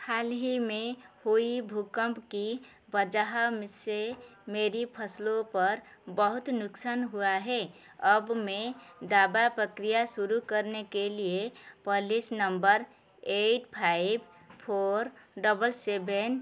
हाल ही में कोई भूकंप की वजह से मेरी फसलों पर बहुत नुक़सान हुआ है अब मैं दावा प्रक्रिया शुरू करने के लिए policy number eight five four double seven